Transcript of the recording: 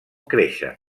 creixen